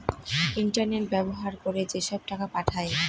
internet ব্যবহার করে যেসব টাকা পাঠায়